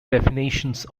definitions